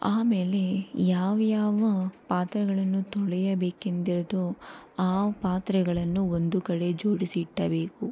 ಆಮೇಲೆ ಯಾವ್ಯಾವ ಪಾತ್ರೆಗಳನ್ನು ತೊಳೆಯಬೇಕೆಂದಿರುವುದೋ ಆ ಪಾತ್ರೆಗಳನ್ನು ಒಂದು ಕಡೆ ಜೋಡಿಸಿಡಬೇಕು